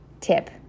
tip